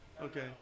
Okay